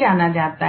जाना जाता है